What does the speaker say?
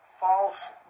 false